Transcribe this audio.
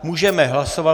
Můžeme hlasovat.